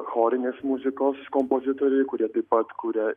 chorinės muzikos kompozitoriai kurie taip pat kuria